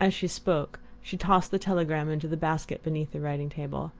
as she spoke she tossed the telegram into the basket beneath the writing-table.